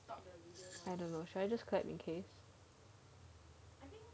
I don't know should I just clap in case